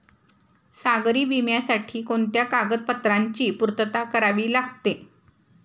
सागरी विम्यासाठी कोणत्या कागदपत्रांची पूर्तता करावी लागते?